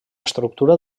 estructura